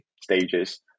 stages